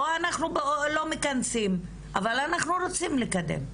או שאנחנו לא מכנסים אבל אנחנו רוצים לקדם.